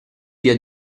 via